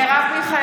בעד מרב מיכאלי,